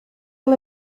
all